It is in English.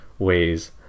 Ways